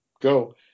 go